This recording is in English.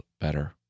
better